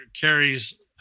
carries